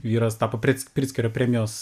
vyras tapo pretz pritzkerio premijos